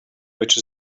which